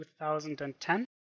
2010